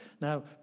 Now